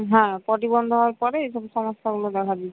হ্যাঁ পটি বন্ধ হওয়ার পরে এই সব সমস্যাগুলো দেখা দিচ্ছে